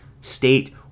state